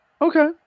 Okay